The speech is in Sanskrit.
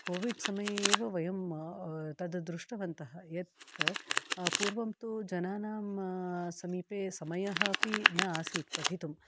कोविड् समये एव वयं तद् दृष्टवन्तः यत् पूर्वं तु जनानां समीपे समयः अपि न आसीत् पठितुम्